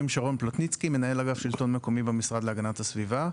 אני מנהל אגף שלטון מקומי במשרד להגנת הסביבה.